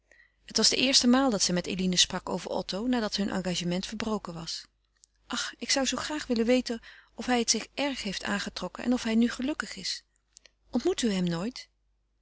het was de eerste maal dat zij met eline sprak over otto nadat hun engagement verbroken was ach ik zou graag willen weten of hij het zich erg heeft aangetrokken en of hij nu gelukkig is ontmoet u hem nooit